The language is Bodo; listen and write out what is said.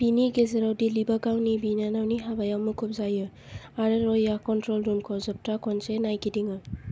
बिनि गेजेराव दिलीपआ गावनि बिनानावनि हाबायाव मुखुब जायो आरो रयआ कन्ट्र'ल रुमखौ जोबथा खनसे नायगिदिङो